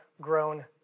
grown